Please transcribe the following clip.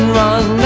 run